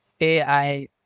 AI